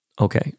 Okay